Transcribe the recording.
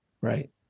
Right